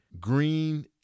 green